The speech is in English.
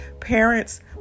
parents